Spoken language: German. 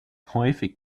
häufig